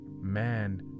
man